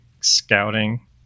scouting